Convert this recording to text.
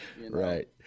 right